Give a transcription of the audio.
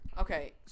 Okay